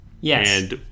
Yes